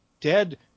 dead